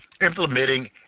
implementing